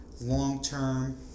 long-term